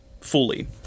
fully